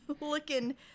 looking